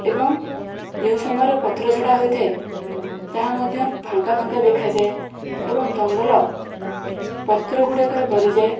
ଏବଂ ଯେଉଁ ସମୟରେ ପତ୍ରଝଡ଼ା ହୋଇଥାଏ ତାହା ମଧ୍ୟ ଫାଙ୍କା ଫାଙ୍କା ଦେଖାଯାଏ ଏବଂ ଜଙ୍ଗଲ ପତ୍ର ଗୁଡ଼ାକରେ ଭରିଯାଏ